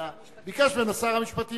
אלא ביקש ממנו שר המשפטים,